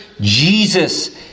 Jesus